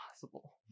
possible